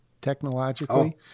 technologically